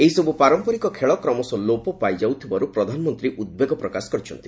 ଏହିସବୁ ପାରମ୍ପରିକ ଖେଳ କ୍ରମଶଃ ଲୋପ ପାଇଯାଉଥବାର୍ ପ୍ରଧାନମନ୍ତୀ ଉଦ୍ବେଗ ପ୍ରକାଶ କରିଛନ୍ତି